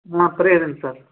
ಮಾತ್ರೆ ಇದ್ದೀನಿ ಸರ್